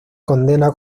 condena